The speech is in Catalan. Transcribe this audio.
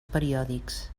periòdics